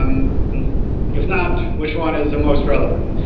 um if not, which one is the most relevant?